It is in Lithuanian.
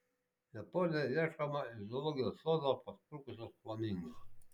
japonijoje ieškoma iš zoologijos sodo pasprukusio flamingo